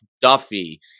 Duffy